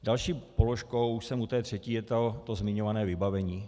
Další položkou už jsem u té třetí je to zmiňované vybavení.